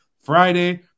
Friday